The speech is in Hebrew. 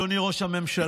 אדוני ראש הממשלה,